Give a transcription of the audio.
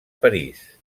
parís